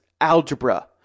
algebra